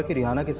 ah rihana